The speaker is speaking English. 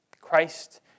Christ